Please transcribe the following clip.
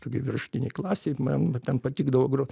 tokioj viršutinėj klasėj man va ten patikdavo grot